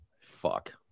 Fuck